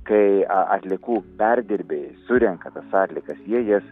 kai a atliekų perdirbėjai surenka tas atliekas jie jas